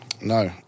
No